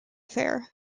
fair